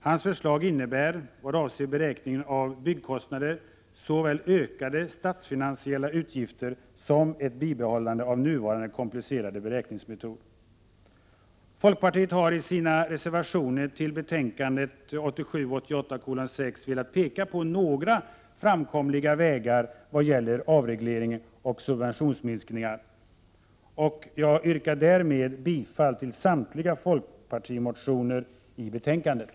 Hans förslag innebär — vad avser beräkningen av byggkostnader — såväl ökade statsfinansiella utgifter som ett bibehållande av nuvarande komplicerade beräkningsmetod. Folkpartiet har i sina reservationer till betänkandet 1987/88:6 velat peka på några framkomliga vägar vad gäller avregleringar och subventionsminskningar. Jag yrkar med det anförda bifall till folkpartiets samtliga reservationer i betänkandet.